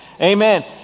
Amen